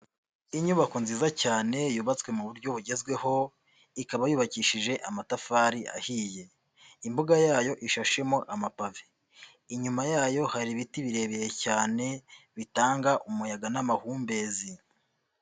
Inyubako nziza cyane yubatswe mu buryo bugezweho ikaba yubakishije amatafari ahiye, imbuga yayo ishashemo amapave, inyuma yayo hari ibiti birebire cyane bitanga umuyaga n'amahumbezi.